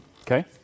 Okay